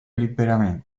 liberamente